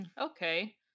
okay